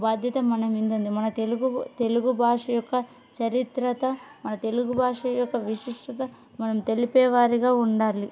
బాధ్యత మన మీద ఉంది మన తెలుగు తెలుగు భాష యొక్క చరిత్ర మన తెలుగు భాష యొక్క విశిష్టత మనం తెలిపేవారిగా ఉండాలి